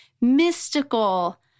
mystical